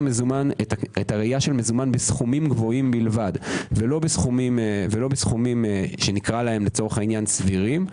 הראייה של מזומן בסכומים גבוהים בלבד ולא בסכומים שנקרא להם סבירים,